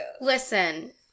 Listen